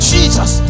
Jesus